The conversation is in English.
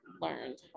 learned